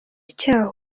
icyaha